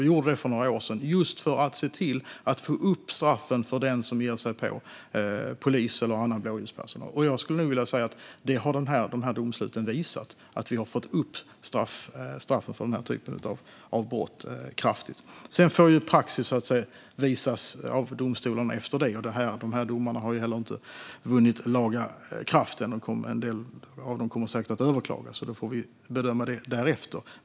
Det gjordes för några år sedan just för att få upp straffen för den som ger sig på polis eller annan blåljuspersonal. Jag skulle nog vilja säga att de här domsluten har visat att vi har fått upp straffen kraftigt för den här typen av brott. Sedan får praxis visas av domstolarna efter detta. De här domarna har inte heller vunnit laga kraft än, och en del av dem kommer säkert att överklagas. Då får vi bedöma det därefter.